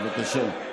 בבקשה.